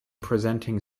presenting